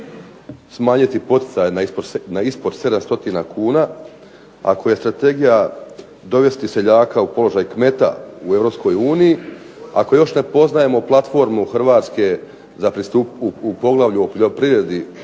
smanjiti poticaje na ispod 700 kuna, ako je strategija dovesti seljaka u položaj kmeta u EU, ako još ne poznajemo platformu Hrvatske u poglavlju poljoprivredi